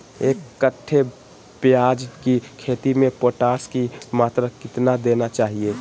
एक कट्टे प्याज की खेती में पोटास की मात्रा कितना देना चाहिए?